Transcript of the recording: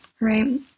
Right